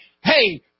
hey